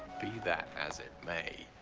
be that as it may.